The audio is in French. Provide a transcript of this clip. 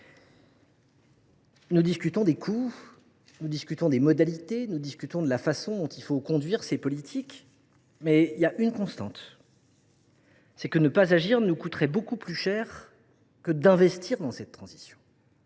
Nous discutons des coûts, nous discutons des modalités, nous discutons de la façon dont il faut conduire ces politiques, mais il y a une constante : ne pas agir nous coûterait beaucoup plus cher que d’investir dans cette transition.